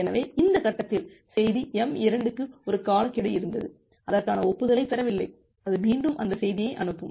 எனவே இந்த கட்டத்தில் செய்தி m2 க்கு ஒரு காலக்கெடு இருந்தது அதற்கான ஒப்புதலைப் பெறவில்லை அது மீண்டும் அந்த செய்தியை அனுப்பும்